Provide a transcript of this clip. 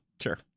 Sure